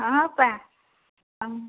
ହଁ ଅପା